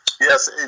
Yes